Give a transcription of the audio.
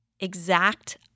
exact